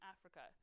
Africa